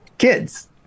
kids